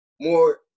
more